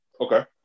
Okay